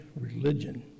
religion